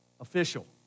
official